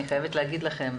אני חייבת להגיד לכם,